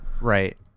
Right